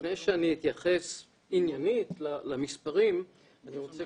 לפני שאני אתייחס עניינית למספרים אני רוצה